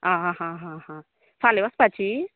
आ हा हा हा फाल्यां वचपाची